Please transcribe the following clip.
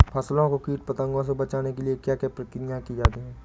फसलों को कीट पतंगों से बचाने के लिए क्या क्या प्रकिर्या की जाती है?